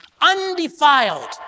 undefiled